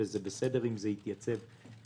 וזה בסדר אם זה יתייצב שם.